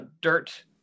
dirt